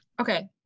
Okay